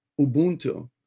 Ubuntu